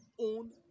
own